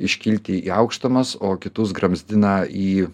iškilti į aukštumas o kitus gramzdina į